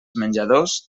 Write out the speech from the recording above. menjadors